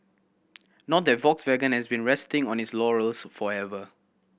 not that Volkswagen has been resting on its laurels however